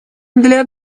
для